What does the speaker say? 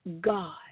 God